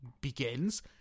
begins